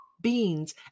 beans